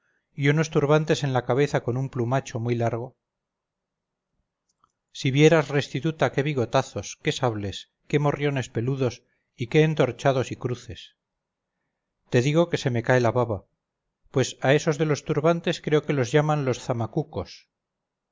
y unos turbantes en la cabeza con un plumacho muy largo si vieras restituta qué bigotazos qué sables qué morriones peludos y qué entorchados y cruces te digo que se me cae la baba pues a esos de los turbantes creo que los llaman los